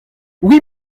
oui